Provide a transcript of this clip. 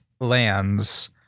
lands